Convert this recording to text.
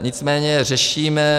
Nicméně je řešíme.